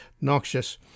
noxious